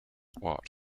what